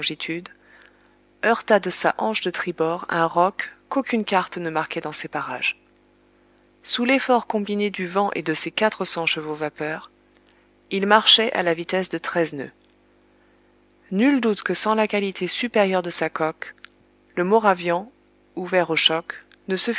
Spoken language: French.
heurta de sa hanche de tribord un roc qu'aucune carte ne marquait dans ces parages sous l'effort combiné du vent et de ses quatre cents chevaux vapeur il marchait à la vitesse de treize noeuds nul doute que sans la qualité supérieure de sa coque le moravian ouvert au choc ne se